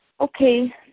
Okay